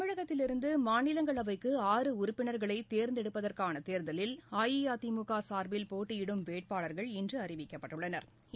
தமிழகத்திலிருந்துமாநிலங்களவைக்கு உறுப்பின்களைதேர்ந்தெடுப்பதற்கானதேர்தலில் ஆறு அஇஅதிமுகசா்பில் போட்டியிடும் வேட்பாளா்கள் இன்றுஅறிவிக்கப்பட்டுள்ளனா்